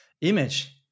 image